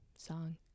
song